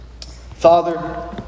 Father